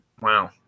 Wow